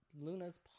Luna's